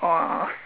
!wah!